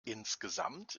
insgesamt